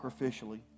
sacrificially